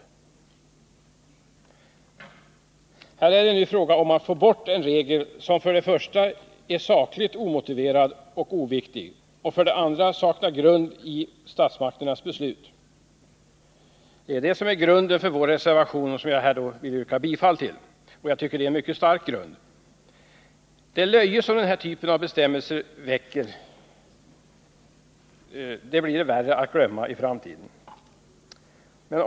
Här är det fråga om att få bort en regel som för det första är sakligt omotiverad och oviktig, för det andra saknar underlag i statsmakternas beslut. Det är det som är grunden — en mycket stark grund — för vår reservation, som jag vill yrka bifall till. Det löje som den här typen av bestämmelser väcker blir svårare att glömma i framtiden ju längre bestämmelserna finns kvar.